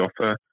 offer